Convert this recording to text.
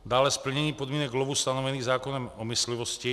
Dále splnění podmínek lovu stanovených zákonem o myslivosti.